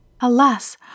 Alas